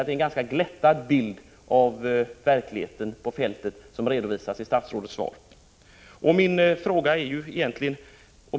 Den bild av verkligheten ute på fältet som redovisas i statsrådets svar är ganska glättad.